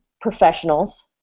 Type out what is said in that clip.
professionals